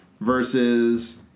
versus